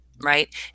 Right